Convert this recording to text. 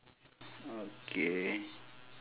okay